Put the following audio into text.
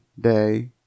Day